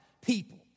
people